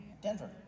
Denver